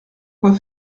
quoi